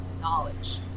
knowledge